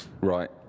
Right